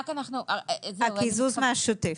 הקיזוז מהשוטף.